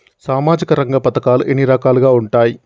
సామాజిక రంగ పథకాలు ఎన్ని రకాలుగా ఉంటాయి?